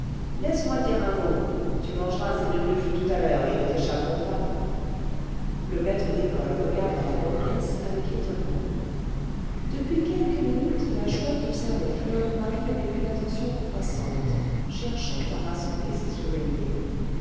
laisse-moi dire un mot tu mangeras ces deux mufles tout à l'heure ils ne t'échapperont pas le maître d'école regarda la borgnesse avec étonnement depuis quelques minutes la chouette observait fleur de marie avec une attention croissante cherchant à rassembler ses souvenirs